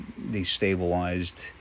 destabilized